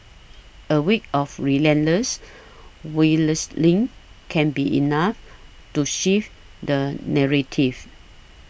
a week of relentless lane can be enough to shift the narrative